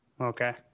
Okay